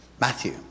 Matthew